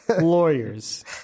Lawyers